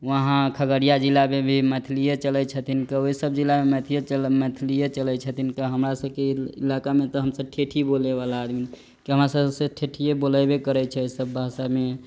वहाँ खगड़िया जिलामे भी मैथिलिये चलै छथिन तऽ ओहि सभ जिलामे मैथिली चल मैथिलिये चलै छथिन तऽ हमरा सभके इलाकामे तऽ हम सभ ठेठी बोलै बला आदमी कि हमरा सभ से ठेठियै बोलअयबे करै छै सभ भाषामे